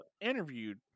interviewed